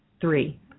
Three